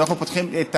כשאנחנו פותחים את